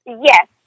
Yes